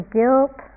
guilt